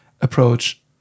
approach